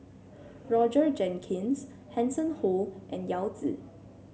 Roger Jenkins Hanson Ho and Yao Zi